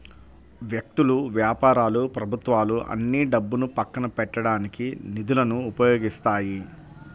వ్యక్తులు, వ్యాపారాలు ప్రభుత్వాలు అన్నీ డబ్బును పక్కన పెట్టడానికి నిధులను ఉపయోగిస్తాయి